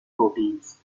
proteins